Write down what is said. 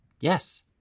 Yes